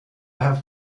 have